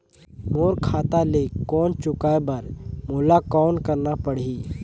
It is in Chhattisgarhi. मोर खाता ले लोन चुकाय बर मोला कौन करना पड़ही?